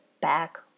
back